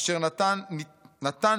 אשר נתן במיוחד